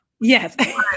Yes